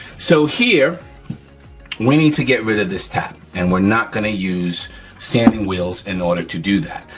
so here we need to get rid of this tab, and were not gonna use sanding wheels in order to do that.